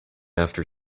after